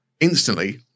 Instantly